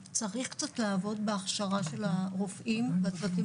צריך קצת לעבוד בהכשרה של הרופאים והצוותים